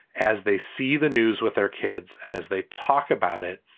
as they see the news with their kids and as they talk about it,